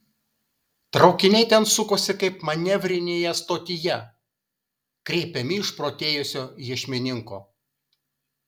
traukiniai ten sukosi kaip manevrinėje stotyje kreipiami išprotėjusio iešmininko